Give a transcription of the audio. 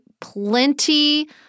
plenty